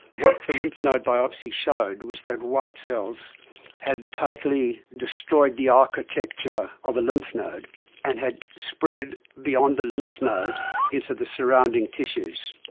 what the lymph node biopsy showed was that white cells had totally destroyed the architecture of a lymph node and had spread beyond the lymph node into the surrounding tissues.